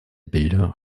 bilder